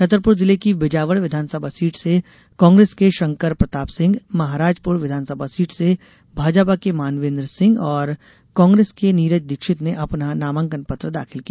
छतरपुर जिले की बिजावर विधानसभा सीट से कांग्रेस के शंकरप्रताप सिंह महराजपुर विधानसभा सीट से भाजपा के मानवेन्द्र सिंह और कांग्रेस के नीरज दीक्षित ने अपना नामांकन पत्र दाखिल किया